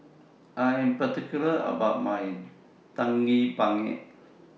I Am particular about My Daging Penyet